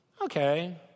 okay